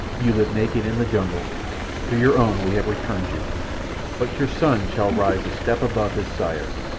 you lived naked in the jungles to your own we have returned you but your son shall rise a step above his sire.